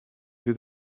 più